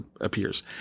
appears